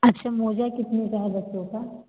अच्छा मोजा कितने का है बच्चों का